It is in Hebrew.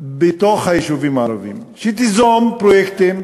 ביישובים הערביים, שתיזום פרויקטים.